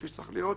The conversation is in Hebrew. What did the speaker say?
כפי שצריך להיות,